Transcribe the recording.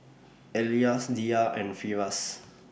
Elyas Dhia and Firash